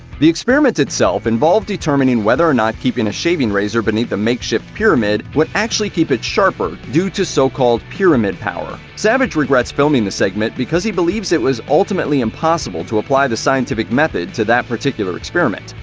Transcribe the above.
the experiment itself involved determining whether or not keeping a shaving razor beneath a makeshift pyramid would actually keep it sharper, due to so-called pyramid power. savage regrets filming the segment, because he believes it was ultimately impossible to apply the scientific method to that particular experiment.